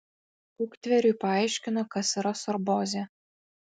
uktveriui paaiškino kas yra sorbozė